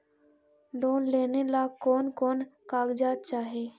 Loan लेने ला कोन कोन कागजात चाही?